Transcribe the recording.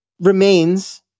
Remains